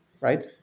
right